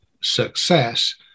success